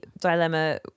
dilemma